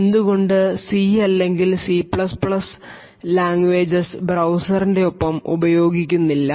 എന്തുകൊണ്ട് C അല്ലെങ്കിൽ C പോലുള്ള ലാംഗ്വേജസ് ബ്രൌസർൻറെ ഒപ്പം ഉപയോഗിക്കുന്നില്ല